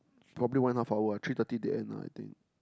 probably one and a half hour three thirty they end lah I think